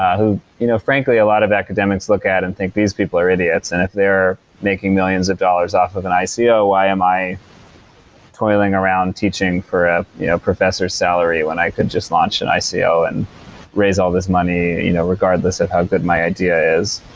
who you know frankly a lot of academics look at and think these people are idiots. and if they are making millions of dollars off of an so ico, why am i toiling around teaching for a you know professor salary when i could just launch and an so ico and raise all these money you know regardless of how good my idea is?